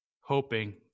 hoping